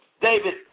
David